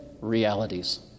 realities